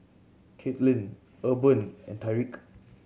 Kathlyn Urban and Tyreek